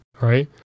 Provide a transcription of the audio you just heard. right